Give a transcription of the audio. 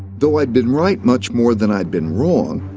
though i had been right much more than i had been wrong,